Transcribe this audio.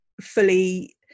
fully